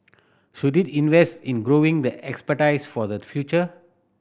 should it invest in growing the expertise for the future